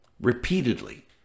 repeatedly